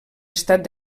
estat